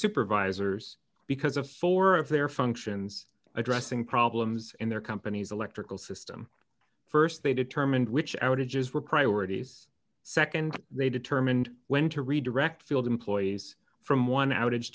supervisors because of four of their functions addressing problems in their company's electrical system st they determined which outages were priorities nd they determined when to redirect field employees from one outage